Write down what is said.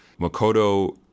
Makoto